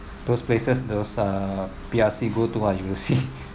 those places those uh P_R_C go to ah you will see